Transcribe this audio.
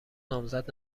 نامزد